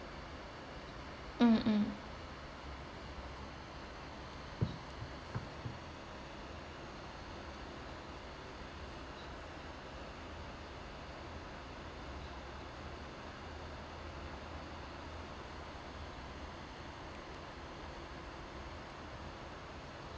mm mm